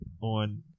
on